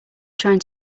trying